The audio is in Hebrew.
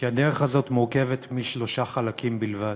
כי הדרך הזאת מורכבת משלושה חלקים בלבד: